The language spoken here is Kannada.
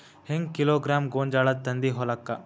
ಹೆಂಗ್ ಕಿಲೋಗ್ರಾಂ ಗೋಂಜಾಳ ತಂದಿ ಹೊಲಕ್ಕ?